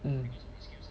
mm